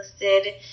listed